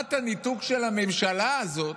רמת הניתוק של הממשלה הזאת.